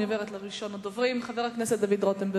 אני עוברת לראשון הדוברים, חבר הכנסת דוד רותם.